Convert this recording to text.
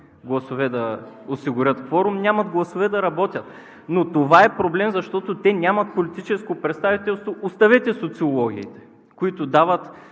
гласове да осигурят кворум, нямат гласове да работят. Това е проблем, защото те нямат политическо представителство. Оставете социологиите, които дават